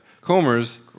Comers